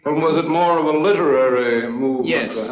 um was it more of a literary movement yeah